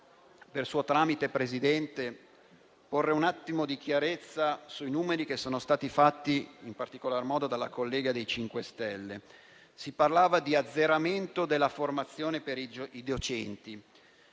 per suo tramite, Presidente, fare un po' di chiarezza sui numeri che sono stati fatti, in particolar modo dalla collega del Gruppo MoVimento 5 stelle. Si parlava di azzeramento della formazione per i docenti.